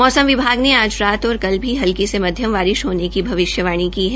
मौसम विभाग ने आज रात और कल भी हल्की से मध्यम बारिश होने की भविष्यवाणी की है